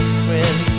friend